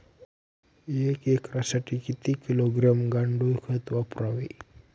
एक एकरसाठी किती किलोग्रॅम गांडूळ खत वापरावे?